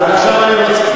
תודה רבה.